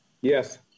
Yes